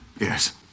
Yes